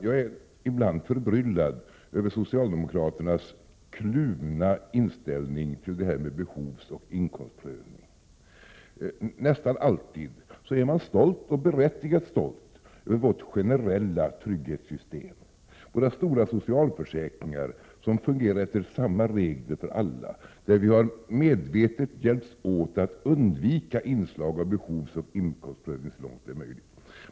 Jag blir ibland förbryllad över socialdemokraternas kluvna inställning till detta med behovsoch inkomstprövning. Nästan alltid är man stolt — och berättigat stolt — över vårt generella trygghetssystem, våra stora socialförsäkringar, som fungerar efter samma regler för alla, där vi medvetet har hjälpts åt för att undvika inslag av behovsoch inkomstprövning så långt det varit möjligt.